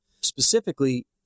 Specifically